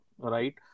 Right